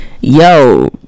yo